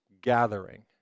gathering